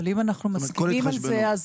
אבל אם אנחנו מסכימים על זה,